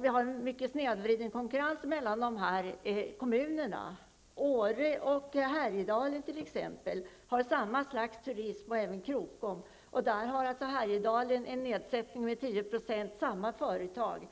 Vi har en väldigt snedvriden konkurrens mellan kommunerna. I Åre, Härjedalen och Krokom t.ex. har man samma slags turism. I Härjedalen har företagen en nedsättning med 10 %, medan samma företag